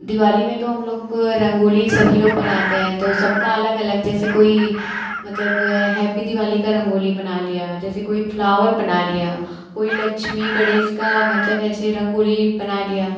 दिवाली में तो हम लोग रंगोली सभी लोग बनाते हैं तो सबका अलग अलग जैसे कोई मतलब हैपी दिवाली का रंगोली बना लिया जैसे कोई फ्लॉवर बना लिया कोई लक्ष्मी गणेश का मतलब ऐसे रंगोली बना लिया